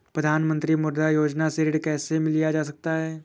प्रधानमंत्री मुद्रा योजना से ऋण कैसे लिया जा सकता है?